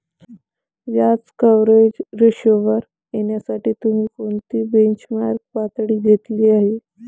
व्याज कव्हरेज रेशोवर येण्यासाठी तुम्ही कोणती बेंचमार्क पातळी घेतली आहे?